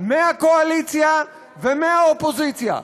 מהקואליציה ומהאופוזיציה,